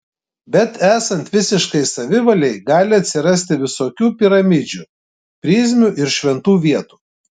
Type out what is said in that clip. bet esant visiškai savivalei gali atsirasti visokių piramidžių prizmių ir šventų vietų